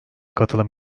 katılım